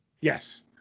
Yes